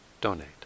donate